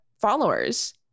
followers